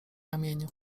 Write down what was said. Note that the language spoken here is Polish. ramieniu